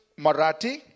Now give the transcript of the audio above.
Marathi